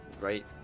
right